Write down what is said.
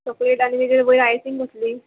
chocolate आनी तेजेर वयर आयसींग कसली